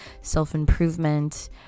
self-improvement